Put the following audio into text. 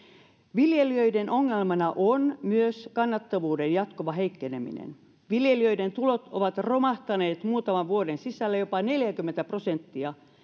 viljelijöiden ongelmana on myös kannattavuuden jatkuva heikkeneminen viljelijöiden tulot ovat romahtaneet muutaman vuoden sisällä jopa neljäkymmentä prosenttia